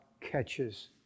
catches